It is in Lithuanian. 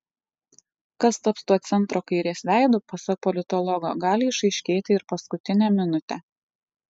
kas taps tuo centro kairės veidu pasak politologo gali išaiškėti ir paskutinę minutę